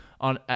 On